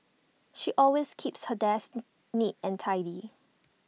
she always keeps her desk neat and tidy